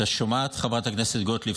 את שומעת, חברת הכנסת גוטליב?